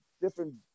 different